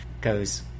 goes